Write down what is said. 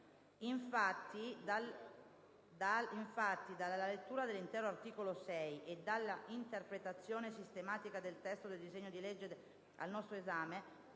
Infatti, dalla lettura dell'intero articolo 6 e dall'interpretazione sistematica del testo del disegno di legge al nostro esame,